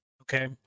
Okay